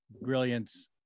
brilliance